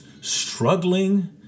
struggling